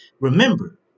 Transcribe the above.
Remember